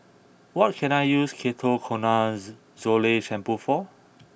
what can I use Ketoconazole shampoo for